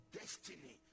destiny